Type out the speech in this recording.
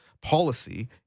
policy